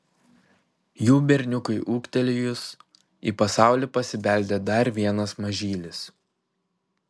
jų berniukui ūgtelėjus į pasaulį pasibeldė dar vienas mažylis